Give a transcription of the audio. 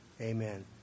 Amen